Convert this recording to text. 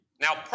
Now